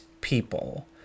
people